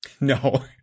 no